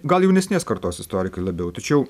gal jaunesnės kartos istorikai labiau tačiau